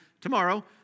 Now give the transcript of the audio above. tomorrow